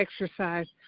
exercise